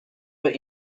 were